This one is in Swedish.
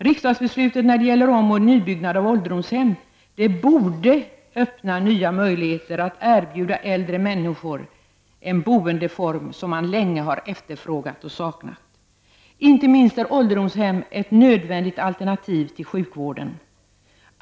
Riksdagsbeslutet när det gäller om och nybyggnad av ålderdomshem borde öppna nya möjligheter att erbjuda äldre människor en boendeform som länge har efterfrågats och saknats. Inte minst är ålderdomshem ett nödvändigt alternativ till sjukvården.